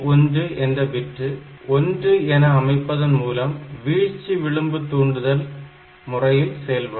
IT1 என்ற bit 1 IT1 bit1 என அமைப்பதன் மூலம் வீழ்ச்சி விளிம்பு தூண்டுதல் முறையில் செயல்படும்